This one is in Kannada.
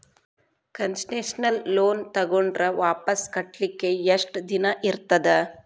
ಕನ್ಸೆಸ್ನಲ್ ಲೊನ್ ತಗೊಂಡ್ರ್ ವಾಪಸ್ ಕಟ್ಲಿಕ್ಕೆ ಯೆಷ್ಟ್ ದಿನಾ ಇರ್ತದ?